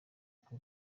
koko